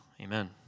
amen